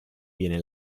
viene